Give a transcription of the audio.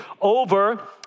over